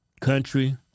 country